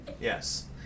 yes